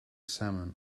salmon